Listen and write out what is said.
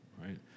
right